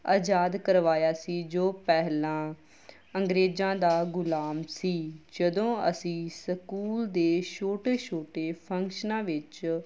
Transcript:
ਆਜ਼ਾਦ ਕਰਵਾਇਆ ਸੀ ਜੋ ਪਹਿਲਾਂ ਅੰਗਰੇਜ਼ਾਂ ਦਾ ਗੁਲਾਮ ਸੀ ਜਦੋਂ ਅਸੀਂ ਸਕੂਲ ਦੇ ਛੋਟੇ ਛੋਟੇ ਫੰਕਸ਼ਨਾਂ ਵਿੱਚ